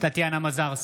טטיאנה מזרסקי,